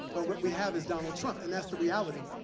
but what we have is donald trump, and that's the reality.